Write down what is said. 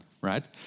right